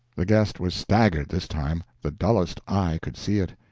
the guest was staggered this time the dullest eye could see it.